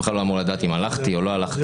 הוא בכלל לא אמור לדעת אם הלכתי או לא הלכתי,